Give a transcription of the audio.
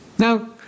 Now